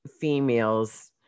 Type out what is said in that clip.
females